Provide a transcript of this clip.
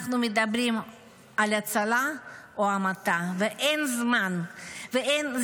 אנחנו מדברים על הצלה או המתה ואין זמן, אין.